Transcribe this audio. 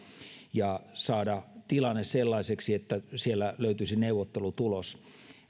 ja saada tilanne sellaiseksi että siellä löytyisi neuvottelutulos